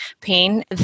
pain